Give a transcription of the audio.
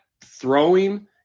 throwing